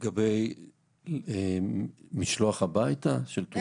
לגבי משלוח הביתה של תרופות?